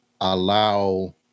allow